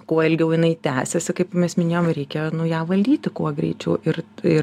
kuo ilgiau jinai tęsiasi kaip mes minėjom reikia ją valdyti kuo greičiau ir ir